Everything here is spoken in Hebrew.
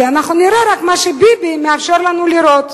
כי אנחנו נראה רק מה שביבי מאפשר לנו לראות.